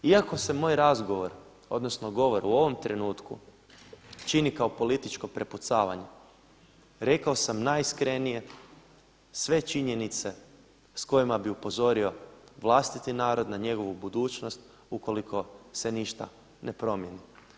Iako se moj razgovor, odnosno govor u ovom trenutku čini kao političko prepucavanje, rekao sam najiskrenije, sve činjenice s kojima bih upozorio vlastiti narod na njegovu budućnost ukoliko se ništa ne promijeni.